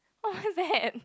what's that